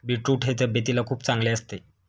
beetroot हे तब्येतीला खूप चांगले असते